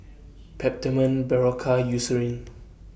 Peptamen Berocca Eucerin